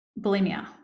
bulimia